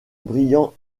brian